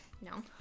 no